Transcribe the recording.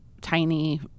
tiny